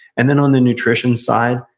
and then on the nutrition side,